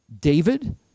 David